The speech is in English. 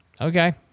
Okay